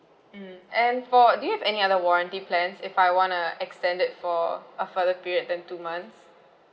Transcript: mm and for do you have any other warranty plans if I wanna extend it for a further period than two months